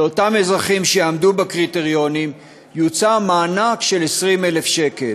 לאותם אזרחים שיעמדו בקריטריונים יוצע מענק של 20,000 שקל.